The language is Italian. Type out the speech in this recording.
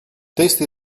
testi